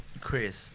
Chris